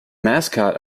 mascot